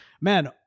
man